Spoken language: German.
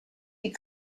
die